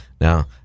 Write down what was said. Now